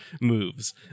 moves